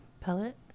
pellet